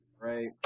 right